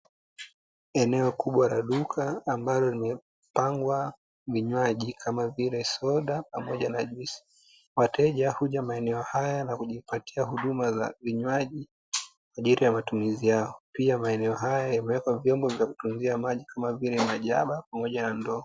Eneo kubwa la duka ambalo limepangwa vinywaji kama vile soda pamoja na juisi. Wateja huja maeneo haya na kujipatia huduma za vinywaji kwa ajili ya matumizi yao. Pia maeneo haya yamewekwa vyombo vya kutunzia maji kama vile majaba pamoja na ndoo.